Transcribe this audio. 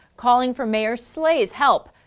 calling for mayor slay's help.